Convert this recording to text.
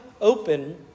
open